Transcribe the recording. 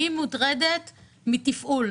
אני מוטרדת מתפעול.